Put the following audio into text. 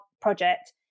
project